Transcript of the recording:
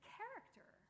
character